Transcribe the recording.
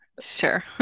Sure